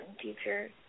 future